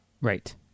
right